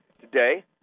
today